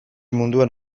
munduan